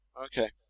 Okay